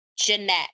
Jeanette